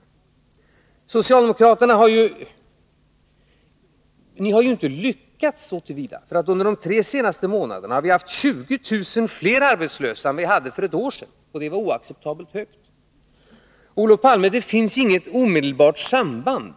Ni socialdemokrater har inte lyckats, eftersom vi under de tre senaste månaderna har haft 20 000 flera arbetslösa än vi hade för ett år sedan, och det var oacceptabelt högt. Det finns inget omedelbart samband,